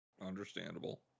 Understandable